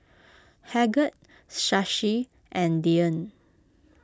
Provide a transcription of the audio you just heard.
Bhagat Shashi and Dhyan